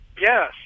Yes